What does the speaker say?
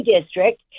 district